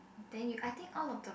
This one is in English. then you I think all of the